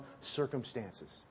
circumstances